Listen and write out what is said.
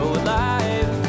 alive